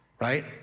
right